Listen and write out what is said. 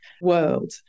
World